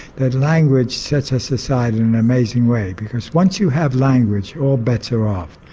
that language sets us aside in an amazing way, because once you have language all bets are off.